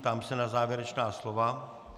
Ptám se na závěrečná slova.